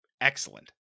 excellent